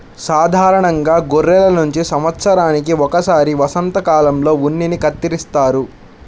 సాధారణంగా గొర్రెల నుంచి సంవత్సరానికి ఒకసారి వసంతకాలంలో ఉన్నిని కత్తిరిస్తారు